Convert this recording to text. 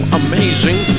amazing